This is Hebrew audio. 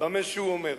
במה שהוא אומר.